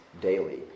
daily